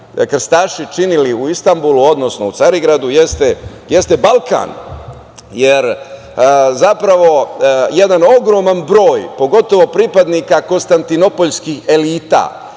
krstaši činili u Istanbulu, odnosno u Carigradu, jeste Balkan, jer zapravo jedan ogroman broj pogotovo pripadnika konstantinopoljskih elita